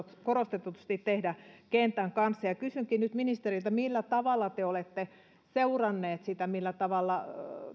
korostetusti tehdä kentän kanssa kysynkin nyt ministeriltä millä tavalla te olette seurannut sitä millä tavalla